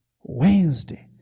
Wednesday